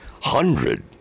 hundred